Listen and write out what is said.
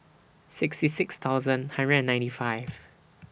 sixty six thousand hundred and ninety five